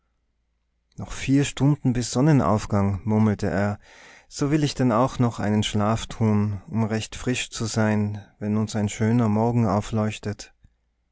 noch vier stunden bis sonnenaufgang murmelte er so will ich denn auch noch einen schlaf tun um recht frisch zu sein wenn uns ein schöner morgen aufleuchtet